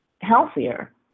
healthier